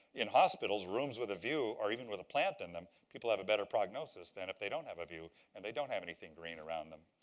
in hospitals, rooms with a view or even with a plant in them, people have a better prognosis than if they don't have a view, and they don't have anything green around them.